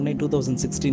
2016